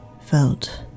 felt